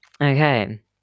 okay